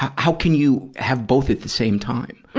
how can you have both at the same time?